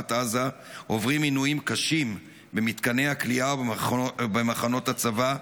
ומרצועת עזה עוברים עינויים קשים במתקני הכליאה ובמחנות הצבא,